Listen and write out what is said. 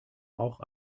auch